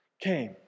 came